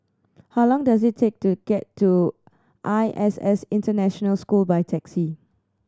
how long does it take to get to I S S International School by taxi